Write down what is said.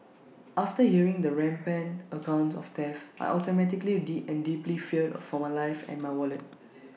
after hearing the rampant accounts of theft I automatically deep and deeply feared for my life and my wallet